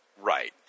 Right